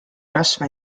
rasva